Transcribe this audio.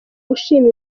ushima